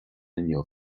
inniu